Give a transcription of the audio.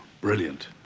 Brilliant